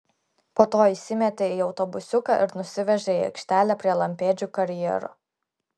po to įsimetė į autobusiuką ir nusivežė į aikštelę prie lampėdžių karjero